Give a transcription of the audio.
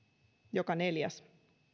joka neljäs